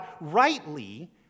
rightly